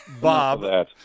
Bob